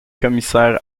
commissaire